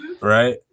Right